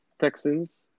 Texans